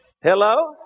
Hello